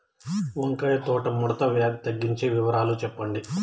వంకాయ తోట ముడత వ్యాధి తగ్గించేకి వివరాలు చెప్పండి?